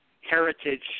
heritage